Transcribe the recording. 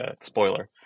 spoiler